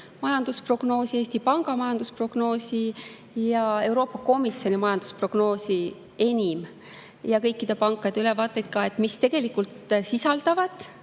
majandusprognoosi, Eesti Panga majandusprognoosi ja Euroopa Komisjoni majandusprognoosi ning ka kõikide pankade ülevaateid, mis sisaldavad